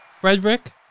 Frederick